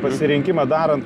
pasirinkimą darant